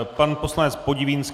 Pan poslanec Podivínský.